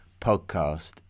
podcast